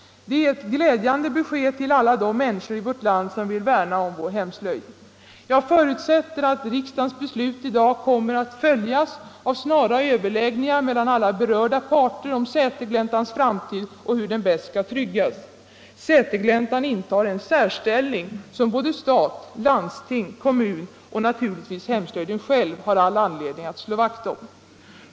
Det är ett glädjande besked till alla de människor i vårt land som vill värna om vår hemslöjd. Jag förutsätter att riksdagens beslut i dag kommer att följas av snara överläggningar mellan alla berörda parter om Sätergläntans framtid och hur den bäst skall tryggas. Sätergläntan intar en särställning som både stat, landsting, kommun och naturligtvis hemslöjden själv har all anledning att slå vakt om.